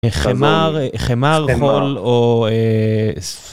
חמר חמר חול.